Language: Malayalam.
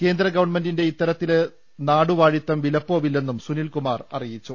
കേന്ദ്ര ഗവൺമെന്റിന്റെ ഇത്തരത്തിലെ നാടുവാഴിത്തം വിലപ്പോവില്ലെന്നും സുനിൽ കുമാർ അറിയിച്ചു